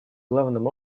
главным